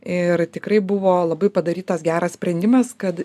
ir tikrai buvo labai padarytas geras sprendimas kad